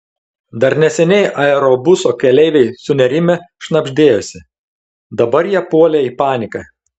dar neseniai aerobuso keleiviai sunerimę šnabždėjosi dabar jie puolė į paniką